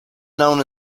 known